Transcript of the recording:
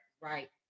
Right